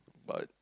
but